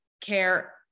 care